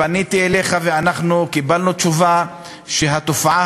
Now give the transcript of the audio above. פניתי אליך ואנחנו קיבלנו תשובה שהתופעה